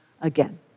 again